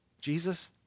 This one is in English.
Jesus